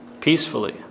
peacefully